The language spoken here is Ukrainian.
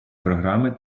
програми